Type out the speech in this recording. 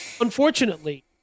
unfortunately